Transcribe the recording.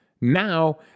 Now